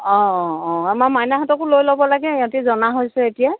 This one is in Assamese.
অঁ অঁ অঁ আমাৰ মাইনাহঁতকো লৈ ল'ব লাগে সিহঁতি জনা হৈছে এতিয়া